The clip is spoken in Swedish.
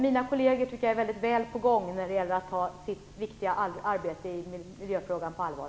Mina kolleger är väl på gång, tycker jag, när det gäller att ta sitt viktiga arbete i miljöfrågan på allvar.